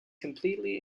completely